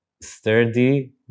sturdy